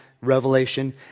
Revelation